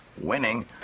Winning